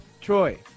troy